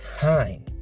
time